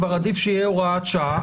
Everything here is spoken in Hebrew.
עדיף שיהיה הוראת שעה.